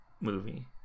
movie